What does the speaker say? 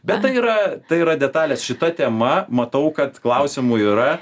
bet tai yra tai yra detalės šita tema matau kad klausimų yra